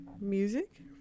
music